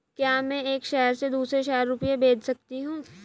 क्या मैं एक शहर से दूसरे शहर रुपये भेज सकती हूँ?